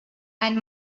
and